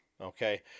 Okay